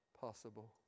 possible